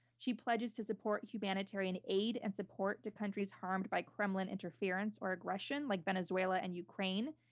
she pledges to support humanitarian aid and support to countries harmed by kremlin interference or aggression, like venezuela and ukraine.